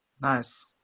Nice